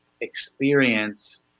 experience